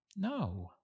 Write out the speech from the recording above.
No